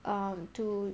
um to